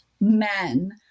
men